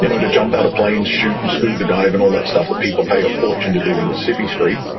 you know to jump out of planes, shoot, and scuba dive, and all that stuff that people pay a fortune to do on civvy street.